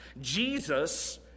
Jesus